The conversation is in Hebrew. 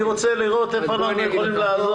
אני רוצה לראות איפה אנחנו יכולים לעזור.